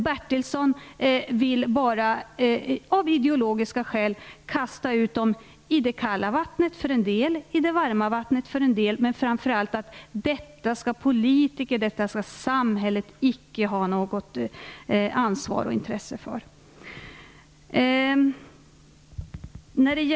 Bertilsson vill däremot, av ideologiska skäl, kasta ut en del i det kalla vattnet, andra i det varma vattnet. Framför allt menar han att politiker och samhället icke skall ha något ansvar och intresse för detta.